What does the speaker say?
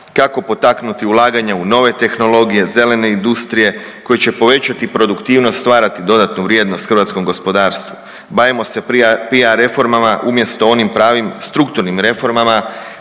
kako potaknuti ulaganja u nove tehnologije, zelene industrije koje će povećati produktivnost, stvarati dodatnu vrijednost hrvatskom gospodarstvu. Bavimo se PR reformama umjesto onim pravim, strukturnim reformama